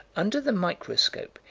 under the microscope,